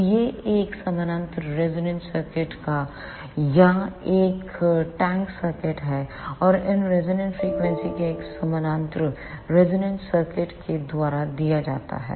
तो यह एक समानांतर रेजोनेंट सर्किट या एक टैंक सर्किट है और रेजोनेंट फ्रीक्वेंसी एक समानांतर रेजोनेंट सर्किट के द्वारा दिया जाता है